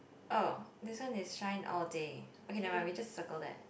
oh this one is shine all day okay never mind we just circle that